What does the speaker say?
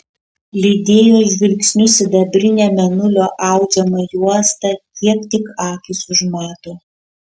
lydėjo žvilgsniu sidabrinę mėnulio audžiamą juostą kiek tik akys užmato